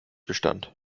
bestand